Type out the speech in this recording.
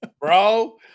bro